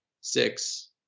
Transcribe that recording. six